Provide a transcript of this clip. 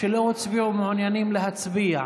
שלא הצביעו ומעוניינים להצביע?